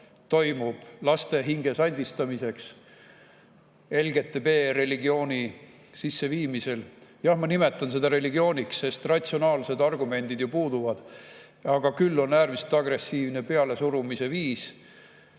toimub, laste hinge sandistamine LGBT‑religiooni sisseviimisega. Jah, ma nimetan seda religiooniks, sest ratsionaalsed argumendid ju puuduvad, küll aga on äärmiselt agressiivne selle pealesurumise